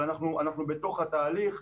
אבל אנחנו בתוך התהליך.